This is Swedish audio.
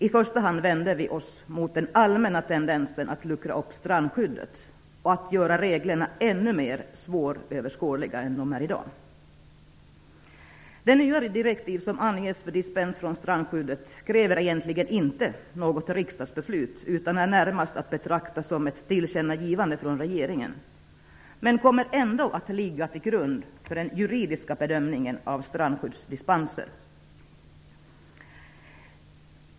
I första hand vänder vi oss mot den allmänna tendensen att luckra upp strandskyddet och att göra reglerna ännu mer svåröverskådliga än vad de är i dag. De nya direktiven för dispens från strandskyddet kräver egentligen inte något riksdagsbeslut utan är närmast att betrakta som ett tillkännagivande från regeringen, men de kommer ändå att ligga till grund för den juridiska bedömningen av strandskyddsdispenser.